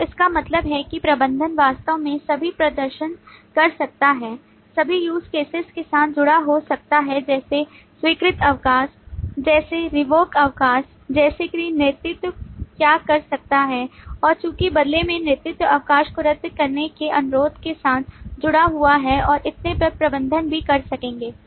तो इसका मतलब है कि प्रबंधक वास्तव में सभी प्रदर्शन कर सकता है सभी use cases के साथ जुड़ा हो सकता है जैसे स्वीकृत अवकाश जैसे रिवोक अवकाश जैसे कि नेतृत्व क्या कर सकता है और चूंकि बदले में नेतृत्व अवकाश को रद्द करने के अनुरोध के साथ जुड़ा हुआ है और इतने पर प्रबंधक भी कर सकेंगे